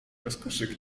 rozkoszy